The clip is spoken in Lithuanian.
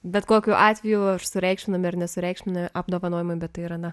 bet kokiu atveju sureikšminame ir nesureikšminu apdovanojimų bet tai yra